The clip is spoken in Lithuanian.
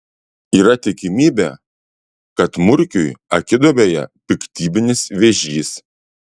yra tikimybė kad murkiui akiduobėje piktybinis vėžys